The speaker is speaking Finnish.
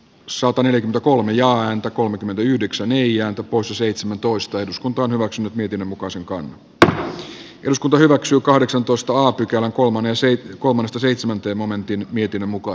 sopan eli kolme ja häntä kolmekymmentäyhdeksän neljä usa seitsemäntoista eduskunta on hyväksynyt mietinnön mukaisen kannattaa eduskunta hyväksyy kahdeksan toistoa pykälän kolmannes ei kovasta seitsemän momentin arvoisa puhemies